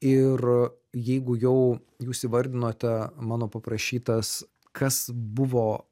ir jeigu jau jūs įvardinote mano paprašytas kas buvo